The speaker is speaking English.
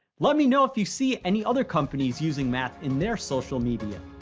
let me know if you see any other companies using math in their social media!